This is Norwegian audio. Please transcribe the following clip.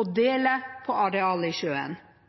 og